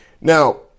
Now